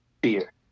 beer